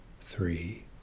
three